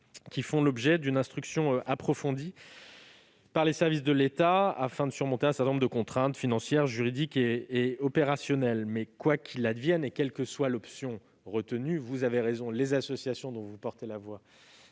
font l'objet d'une instruction approfondie de la part des services de l'État, car il convient de surmonter un certain nombre de contraintes financières, juridiques et opérationnelles. Quoi qu'il advienne, quelle que soit l'option retenue, les associations dont vous portez la voix